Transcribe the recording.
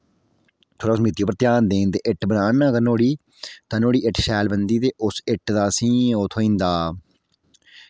थोह्ड़ा उस मित्ती पर ध्यान देन ते इट्ट बनान ना नोह्ड़ी तां नोहाड़ी इट्ट शैल बनदी ते उस इट्ट दा असेंगी ओह् थ्होई जंदा